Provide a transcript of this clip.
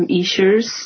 issues